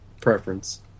preference